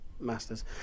Masters